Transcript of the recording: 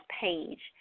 page